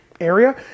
area